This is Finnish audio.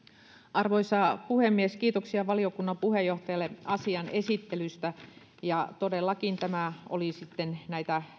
arvoisa puhemies kiitoksia valiokunnan puheenjohtajalle asian esittelystä todellakin tämä oli sitten näitä